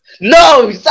No